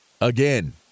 Again